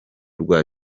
rwa